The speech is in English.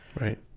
Right